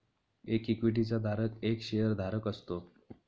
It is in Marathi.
एक इक्विटी चा धारक एक शेअर धारक असतो